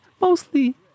mostly